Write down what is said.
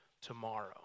tomorrow